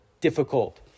difficult